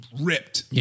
ripped